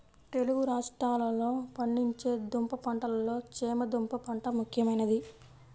తెలుగు రాష్ట్రాలలో పండించే దుంప పంటలలో చేమ దుంప పంట ముఖ్యమైనది